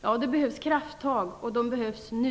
Ja, det behövs krafttag, och de behövs nu.